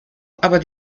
aber